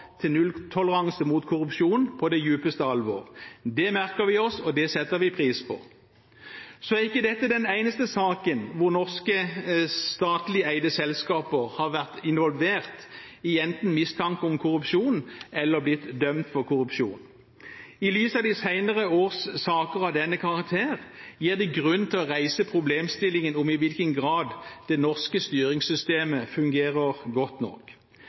til nulltoleranse for korrupsjon på det dypeste alvor. Det merker vi oss, og det setter vi pris på. Så er ikke dette den eneste saken hvor norske statlig eide selskaper enten har vært involvert i mistanke om korrupsjon eller blitt dømt for korrupsjon. I lys av de senere års saker av denne karakter gir det grunn til å reise problemstillingen om i hvilken grad det norske styringssystemet fungerer godt nok.